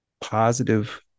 positive